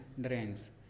drains